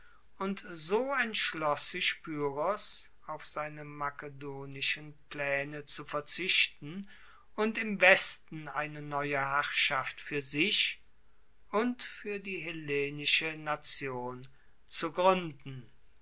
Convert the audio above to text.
und so entschloss sich pyrrhos auf seine makedonischen plaene zu verzichten und im westen eine neue herrschaft fuer sich und fuer die hellenische nation zu gruenden